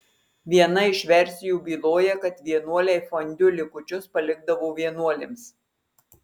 viena iš versijų byloja kad vienuoliai fondiu likučius palikdavo vienuolėms